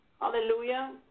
Hallelujah